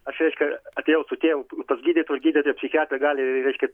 aš reiškia atėjau su tėvu pas gydytoją ir gydytoją psichiatrą gali reiškia